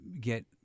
get